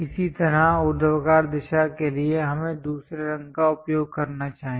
इसी तरह ऊर्ध्वाधर दिशा के लिए हमें दूसरे रंग का उपयोग करना चाहिए